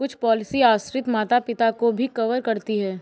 कुछ पॉलिसी आश्रित माता पिता को भी कवर करती है